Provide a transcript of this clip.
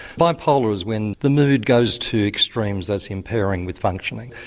bipolar is when the mood goes to extremes that's impairing with functioning.